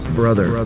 brother